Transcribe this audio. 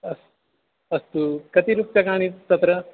अस्तु अस्तु कति रूप्यकाणि तत्र